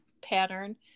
pattern